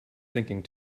thinking